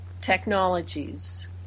technologies